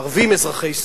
הערבים אזרחי ישראל.